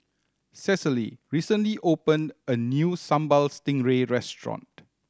Cecily recently opened a new Sambal Stingray restaurant